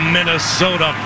Minnesota